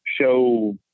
show